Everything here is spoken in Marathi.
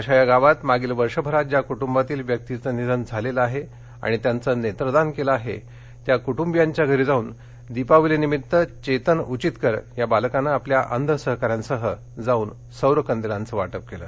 अशा या गावात मागील वर्षभरात ज्या कुटुबातील व्यक्तीचे निधन झालेलं आणि त्यांचं नेत्रदान केलं आहे त्या कुटुंबियांच्या घरी जाऊन दिपावलीनिमित्त चेतन उघितकर या बालकानं आपल्या अंध सहकाऱ्यांसह सौर कंदीलाचं वाटप केलं